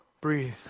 Breathe